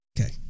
Okay